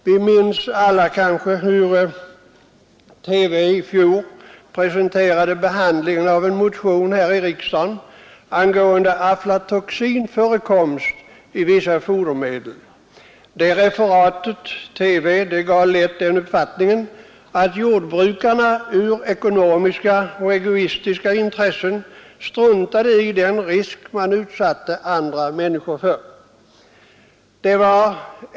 Vi minns kanske alla hur TV presenterade behandlingen av en motion här i riksdagen angående aflatoxinförekomsten i vissa fodermedel. Det referatet i TV gav lätt den uppfattningen att jordbrukarna av ekonomiska och egoistiska skäl struntade i den risk de utsatte andra människor för.